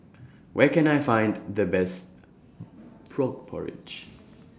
Where Can I Find The Best Frog Porridge